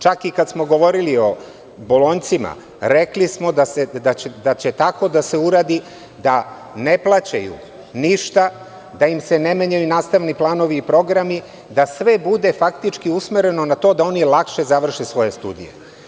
Čak i kad smo govorili o bolonjcima, rekli smo da će tako da se uradi ne plaćaju ništa, da im se ne menjaju nastavni planovi i programi, da sve bude faktički usmereno na to da oni lakše završe svoje studije.